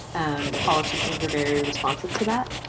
and politicians were very responsive to that.